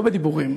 לא בדיבורים,